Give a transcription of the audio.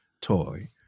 toy